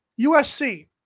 USC